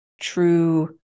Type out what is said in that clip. true